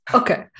okay